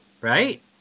Right